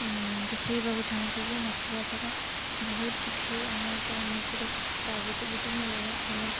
ଦେଖେଇବାକୁ ଚାହୁଁଛି ଯେ ନାଚିବା ଦ୍ୱାରା ବହୁତ କିଛି ଆମର ତ ଏମିତିରେ ପଜିଟିଭିଟି ମିଳେ ହେଲେ